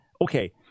okay